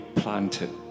planted